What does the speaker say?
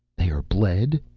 they are bled?